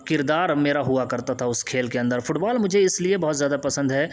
کردار میرا ہوا کرتا تھا اس کھیل کے اندر فٹبال اس لیے مجھے بہت زیادہ پسند ہے